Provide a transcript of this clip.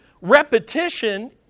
repetition